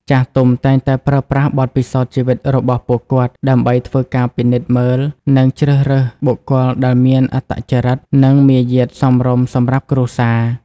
ចាស់ទុំតែងតែប្រើប្រាស់បទពិសោធន៍ជីវិតរបស់ពួកគាត់ ដើម្បីធ្វើការពិនិត្យមើល និងជ្រើសរើសបុគ្គលដែលមានអត្តចរិត និងមាយាទសមរម្យសម្រាប់គ្រួសារ។